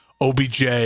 OBJ